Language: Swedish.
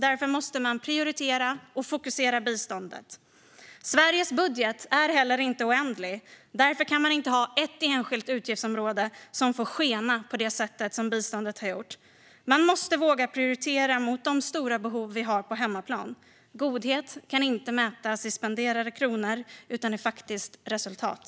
Därför måste man prioritera och fokusera biståndet. Sveriges budget är inte heller oändlig. Därför kan man inte ha ett enskilt utgiftsområde som får skena iväg så som biståndet har gjort. Man måste våga prioritera mot de stora behov vi har på hemmaplan. Godhet kan inte mätas i spenderade kronor, utan i faktiskt resultat.